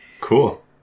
cool